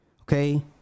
okay